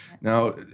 Now